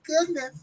goodness